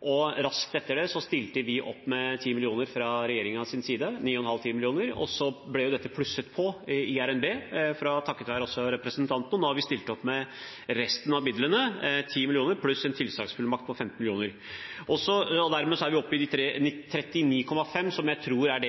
Raskt etter det stilte vi opp med 10 mill. kr fra regjeringens side, 9,5–10 mill. kr, og så ble det plusset på i revidert nasjonalbudsjett, også takket være representanten. Nå har vi stilt opp med resten av midlene – 10 mill. kr pluss en tilsagnsfullmakt på 15 mill. kr – og dermed er vi oppe i de 39,5 mill. kr som jeg tror er